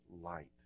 light